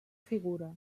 figura